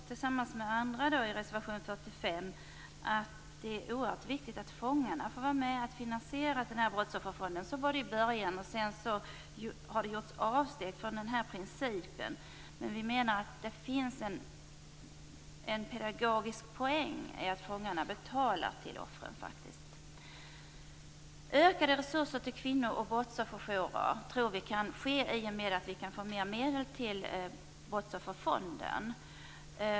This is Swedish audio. Tillsammans med andra framför vi i reservation 45 att det är oerhört viktigt att fångarna får vara med och finansiera brottsofferfonden. Så var det i början, och sedan har det gjorts avsteg från principen. Vi menar att det finns en pedagogisk poäng i att fångarna betalar till offren. Vi tror att det kan bli ökade resurser till kvinnooch brottsofferjourer i och med att det kan bli mer medel till brottsofferfonden.